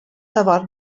товар